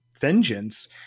vengeance